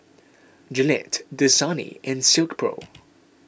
Gillette Dasani and Silkpro